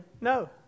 No